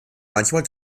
manchmal